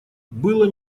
было